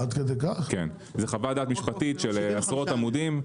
זה חוות דעת משפטית של עשרות עמודים,